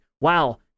Wow